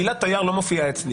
המילה תייר לא מופיעה אצלי.